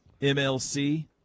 MLC